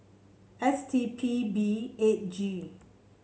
S T P B eight G